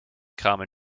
carmen